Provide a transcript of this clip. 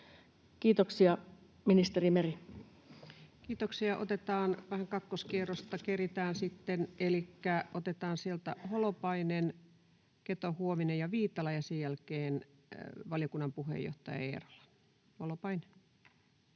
17:44 Content: Kiitoksia. — Otetaan vähän kakkoskierrosta, keretään sitten. Elikkä otetaan sieltä Holopainen, Keto-Huovinen ja Viitala ja sen jälkeen valiokunnan puheenjohtaja Eerola. — Holopainen.